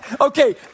Okay